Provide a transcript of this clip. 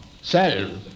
self